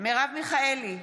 מרב מיכאלי,